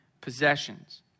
possessions